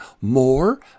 more